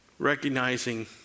Recognizing